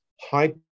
high